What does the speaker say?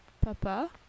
Papa